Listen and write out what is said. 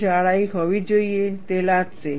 જે જાડાઈ હોવી જોઈએ તે લાદશે